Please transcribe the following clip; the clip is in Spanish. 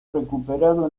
recuperado